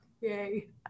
Yay